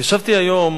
ישבתי היום